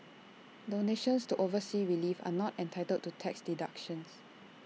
donations to overseas relief are not entitled to tax deductions